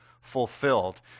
fulfilled